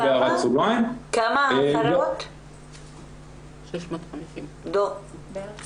נציין שבשנת 2019 נרשמו קרוב ל-13,000 חשודים בעבירות